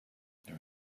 there